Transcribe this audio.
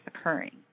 occurring